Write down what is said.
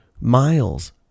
miles